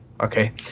Okay